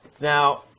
Now